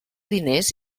diners